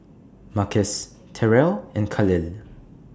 Marquis Terell and Kahlil